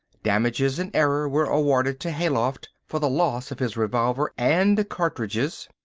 damages in error were awarded to hayloft for the loss of his revolver and cartridges.